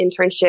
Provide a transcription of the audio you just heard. internship